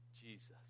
Jesus